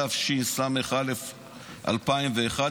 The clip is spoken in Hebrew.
התשס"א 2001,